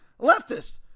leftist